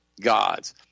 gods